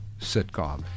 sitcom